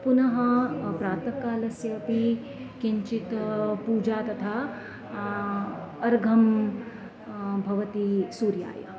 पुनः प्रातःकालस्य अपि किञ्चित् पूजा तथा अर्घं भवति सूर्याय